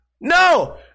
No